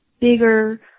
bigger